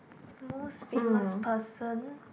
most famous person